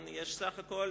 יש סך הכול